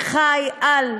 שחי על